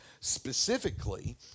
specifically